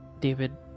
David